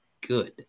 good